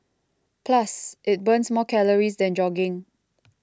plus it burns more calories than jogging